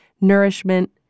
nourishment